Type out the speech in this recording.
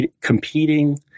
competing